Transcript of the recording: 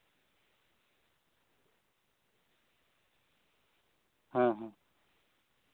ᱦᱮᱸ ᱦᱮᱸ